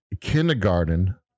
kindergarten